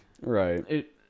Right